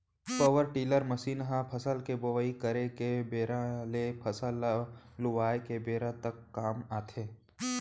power tiller machine ह फसल के बोवई करे के बेरा ले फसल ल लुवाय के बेरा तक काम आथे